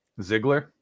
Ziggler